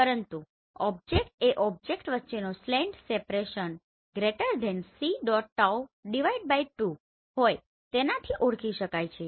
સંપૂર્ણ ઓબ્જેક્ટ એ ઓબ્જેક્ટ વચ્ચેનો સ્લેંટ સેપરેસન C⋅ τ 2 હોય તેનાથી ઓળખી શકાય છે